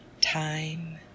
Time